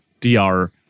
DR